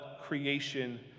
creation